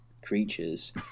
creatures